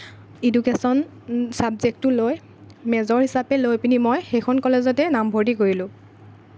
education চাব্জেক্টটো লৈ major হিচাপে লৈপিনি মই সেইখন কলেজতে নামভৰ্তি কৰিলোঁ